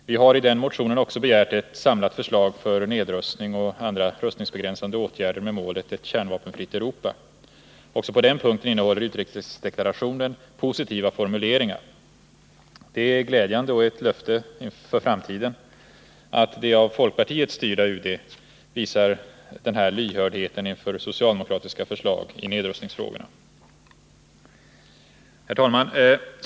Vi har i den motionen också begärt ”ett samlat förslag för nedrustning och andra rustningsbegränsande åtgärder med målet ett kärnvapenfritt Europa”. Också på den punkten innehåller utrikesdeklarationen positiva formuleringar. Det är glädjande och ett löfte för framtiden att det av folkpartiet styrda UD visar denna lyhördhet inför socialdemokratiska förslag i nedrustningsfrågorna. Herr talman!